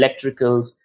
electricals